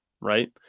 right